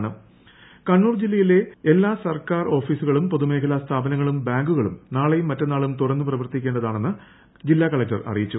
ക്ട് കി എം എ കണ്ണൂർ കളക്ടർ കണ്ണൂർ ജില്ലയിലെ എല്ലാ സർക്കാർ ഓഫീസുകളും പൊതുമേഖല സ്ഥാപനങ്ങളും ബാങ്കുകളും നാളെയും മറ്റന്നാളും തുറന്ന് പ്രവർത്തിക്കേണ്ടതാണെന്ന് ജില്ലാ കളക്ടർ അറിയിച്ചു